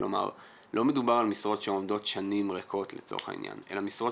לא מדובר על משרות שעומדות שנים אלא משרות